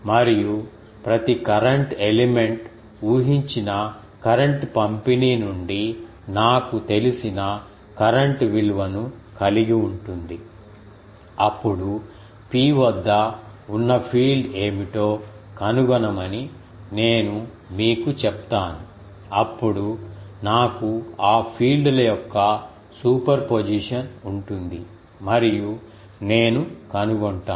మరియు ప్రతి current element ఊహించిన కరెంట్ పంపిణీ నుండి నాకు తెలిసిన కరెంట్ విలువను కలిగి ఉంటుంది అప్పుడు P వద్ద ఉన్నఫీల్డ్ ఏమిటో కనుగొనమని నేను మీకు చెప్తాను అప్పుడు నాకు ఆ ఫీల్డ్ ల యొక్క సూపర్ పొజిషన్ ఉంటుంది మరియు నేను కనుగొంటాను